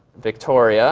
victoria